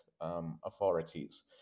authorities